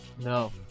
No